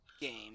game